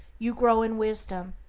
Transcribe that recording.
you grow in wisdom,